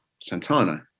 Santana